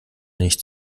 nicht